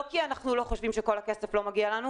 לא כי אנחנו לא חושבים שכל הכסף לא מגיע לנו,